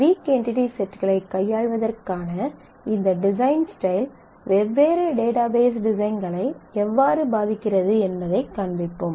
week entity செட்களைக் கையாள்வதற்கான இந்த டிசைன் ஸ்டைல் வெவ்வேறு டேட்டாபேஸ் டிசைன்களை எவ்வாறு பாதிக்கிறது என்பதைக் காண்பிப்போம்